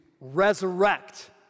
resurrect